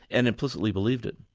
and implicitly believed it.